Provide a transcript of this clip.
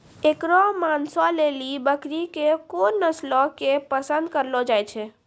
एकरो मांसो लेली बकरी के कोन नस्लो के पसंद करलो जाय छै?